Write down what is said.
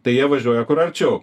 tai jie važiuoja kur arčiau